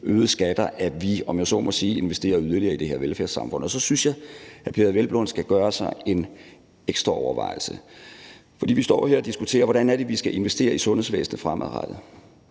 øgede skatter, at vi, om jeg så må sige, investerer yderligere i det her velfærdssamfund. Og så synes jeg, hr. Peder Hvelplund skal gøre sig en ekstra overvejelse, for vi står her og diskuterer, hvordan det er, vi skal investere i sundhedsvæsenet fremadrettet.